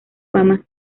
fama